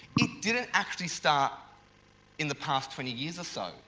it didn't actually start in the past twenty years or so,